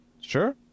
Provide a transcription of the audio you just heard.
Sure